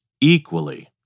equally